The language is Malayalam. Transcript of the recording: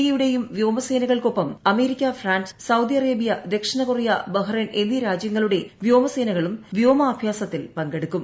ഇ യുടെയും വ്യോമസേനകൾക്കൊപ്പം അമേരിക്ക ഫ്രാൻസ് സൌദി അറേബൃ ദക്ഷിണ കൊറിയ ബഹ്റൈൻ എന്നീ രാജ്യങ്ങളുടെ വ്യോമസേനകളും വ്യോമ അഭ്യാസത്തിൽ പങ്കെടുക്കും